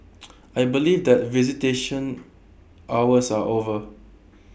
I believe that visitation hours are over